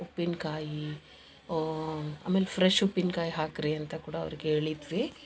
ಉಪ್ಪಿನಕಾಯಿ ಆಮೇಲೆ ಫ್ರೆಶ್ ಉಪ್ಪಿನ್ಕಾಯಿ ಹಾಕಿರಿ ಅಂತ ಕೂಡ ಅವ್ರಿಗೆ ಹೇಳಿದ್ವಿ